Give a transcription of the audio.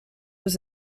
was